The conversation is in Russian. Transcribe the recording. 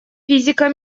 физика